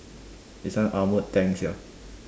is some armored tank sia